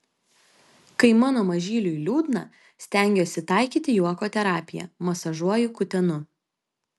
kai mano mažyliui liūdna stengiuosi taikyti juoko terapiją masažuoju kutenu